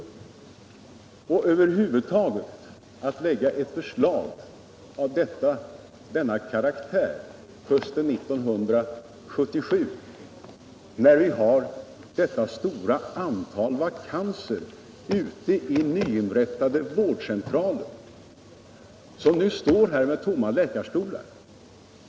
Att man över huvud taget lägger fram ett förslag av denna karaktär hösten 1977, när vi har ett stort antal vakanser vid nyinrättade vårdcentraler, är helt obegripligt.